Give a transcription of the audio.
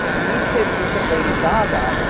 you kids look at lady gaga,